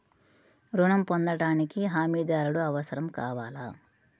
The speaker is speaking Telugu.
ఋణం పొందటానికి హమీదారుడు అవసరం కావాలా?